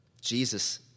Jesus